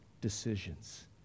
decisions